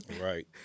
Right